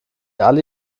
alle